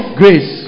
grace